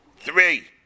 three